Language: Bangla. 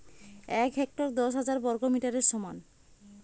এক হেক্টর দশ হাজার বর্গমিটারের সমান